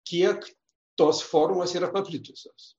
kiek tos formos yra paplitusios